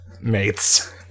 mates